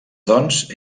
doncs